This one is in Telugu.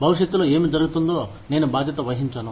భవిష్యత్తులో ఏమి జరుగుతుందో నేను బాధ్యత వహించను